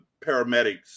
paramedics